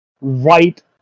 right